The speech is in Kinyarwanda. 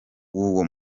w’uwo